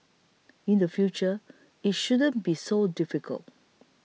in the future it shouldn't be so difficult